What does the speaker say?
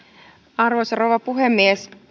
arvoisa rouva puhemies